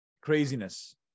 craziness